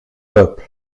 peuple